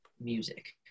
music